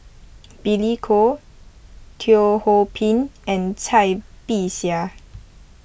Billy Koh Teo Ho Pin and Cai Bixia